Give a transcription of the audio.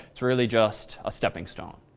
it's really just a stepping stone.